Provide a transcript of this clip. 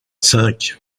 cinq